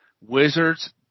Wizards